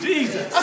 Jesus